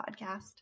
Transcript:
podcast